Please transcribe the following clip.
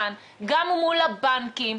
גם מול הבנקים,